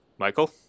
Michael